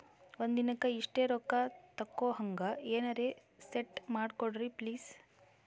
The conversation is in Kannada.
ಒಂದಿನಕ್ಕ ಇಷ್ಟೇ ರೊಕ್ಕ ತಕ್ಕೊಹಂಗ ಎನೆರೆ ಸೆಟ್ ಮಾಡಕೋಡ್ರಿ ಪ್ಲೀಜ್?